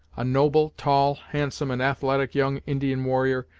a noble, tall, handsome and athletic young indian warrior,